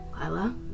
lila